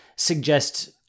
Suggest